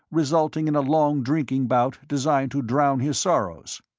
resulting in a long drinking bout designed to drown his sorrows.